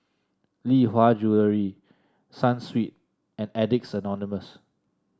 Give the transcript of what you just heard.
Lee Hwa Jewellery Sunsweet and Addicts Anonymous